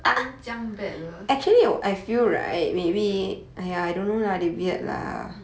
他们这样 bad 的